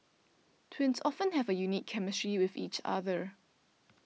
twins often have a unique chemistry with each other